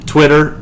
Twitter